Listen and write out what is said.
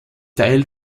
teil